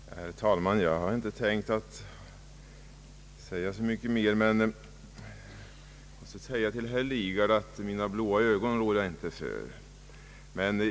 Herr talman! Jag hade inte tänkt säga så mycket mer i denna fråga, men jag måste svara herr Lidgard att mina blåa ögon rår jag inte för.